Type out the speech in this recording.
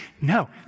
No